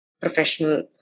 professional